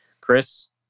Chris